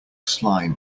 slime